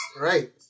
Right